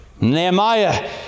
Nehemiah